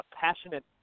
passionate